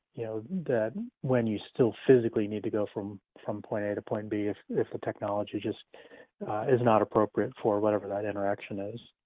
you know, that when you still physically need to go from from point a to point b is the technology just is not appropriate for whatever that interaction is.